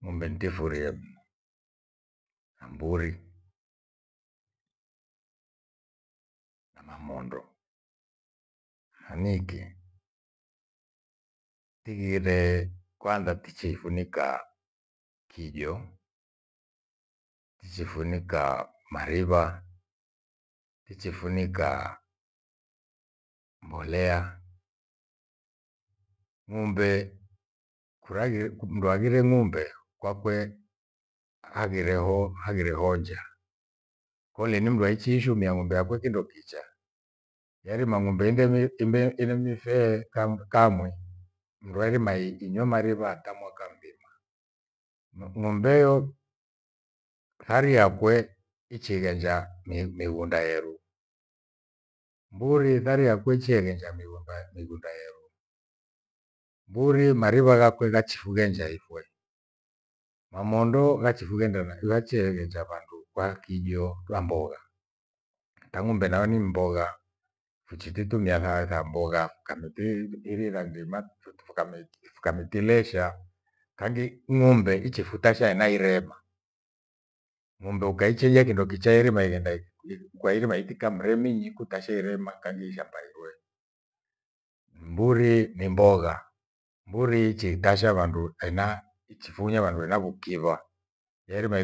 Ng'ombe nitifurie mno na mburi kana mondo. Haniki, tighire kwanza tichiphuníka kijoo tichiphunika mariva, tichiphunika mbolea. Ng'ombe kuraaghire mndu aghire ng'ombe kwake haghireo- haghireo njaa. Kole ni mndu achiishumia ng'ombe yakwe kindokicha yairima ng'ombe indemi- imbeni inemifee ka- kamwi mndu arima inywa mariva hata mwaka mthima. Ng'ombe iyo hari yakwe ichighenja mighunda yeru. Mburi thariyakweche hegenja migomba mighunda yeru. Mburi mariva ghakwe ghachifughenja ikwe, mamondoo ghachikugenja na huachi eghenja vandu kwa kijoo fa mbogha. Ta ng'ombe nayo ni mbogha fuchitumia tha kamitiriri irira ndima fukamitilesha. Khangi ng'ombe ichifuta shai na irema. Ng'ombe ukaicheja kindokicha irima ighenda itika mremi ikutashe irema kaghi ishamba igwe. Mburi ni mbogha, mburi ichiitasha vandu hena ichifunya wandu wenavukiva. Yairima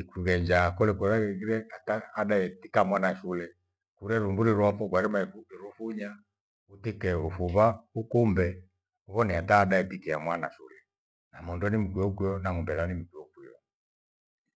ikugenja kola kulairighire ata ada etika mwana shule, ure rumbure ruafo kwairima rufunya utike ufuma ukumbe uvone ata ada itike amwana shule na mondo ni mkwio kwio na ng'ombe ni mkwio kwio